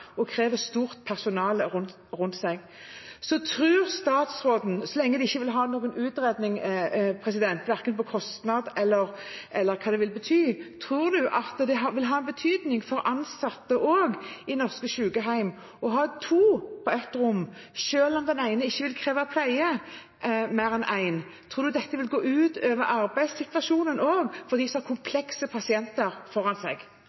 og krever stort personale rundt seg. Så lenge dere ikke vil ha noen utredning, verken av kostnad eller av hva det vil bety, tror du at det også vil ha en betydning for ansatte i norske sykehjem å ha to på ett rom, selv om ikke mer enn én av dem vil kreve pleie? Tror du dette vil gå ut over arbeidssituasjonen også for dem som har komplekse pasienter foran seg?